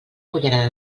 cullerada